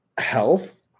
health